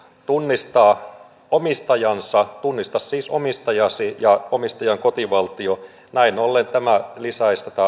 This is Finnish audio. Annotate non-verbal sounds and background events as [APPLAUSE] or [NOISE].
tunnistaa omistajansa tunnista siis omistajasi ja omistajan kotivaltio näin ollen tämä lisäisi tätä [UNINTELLIGIBLE]